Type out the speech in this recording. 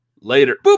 Later